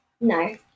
No